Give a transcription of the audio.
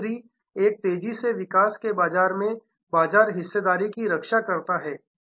M3 एक तेजी से विकास के बाजार में बाजार हिस्सेदारी की रक्षा करता है